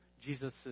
Jesus